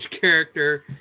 character